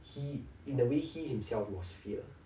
he in a way he himself was fear